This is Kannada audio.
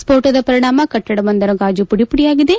ಸ್ನೋಟದ ಪರಿಣಾಮ ಕಟ್ಟಡವೊಂದರ ಗಾಜು ಪುಡಿಯಾಗಿದೆ